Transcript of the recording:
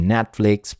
Netflix